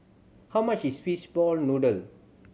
how much is fish ball noodle